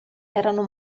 erano